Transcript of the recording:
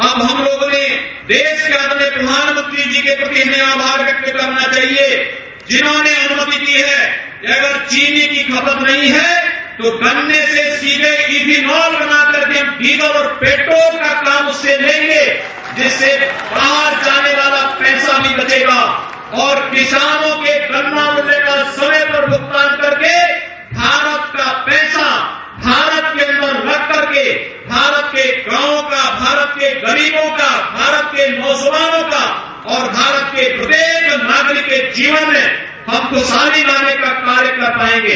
अब हम लोगों ने देश के अपने प्रधानमंत्री जी के प्रति आभार व्यक्त करना चाहिए जिन्होंने अनुमति दी है कि अगर चीनी की खपत नहीं है तो गन्ने से सीधे एथेनाल बनाकर हम डीजल और पेट्रोल का काम उससे लेंगे जिससे बाहर जाने वाला पैसा भी बचेगा और किसानों के गन्ना मूल्य का समय पर भुगतान करके भारत का पैसा भारत के अन्दर रख करके भारत के गांव का भारत के गरीबों का भारत के नौजवानों का और भारत के प्रत्येक नागरिक के जीवन में हम खशहाली लाने का कार्य कर पायें गे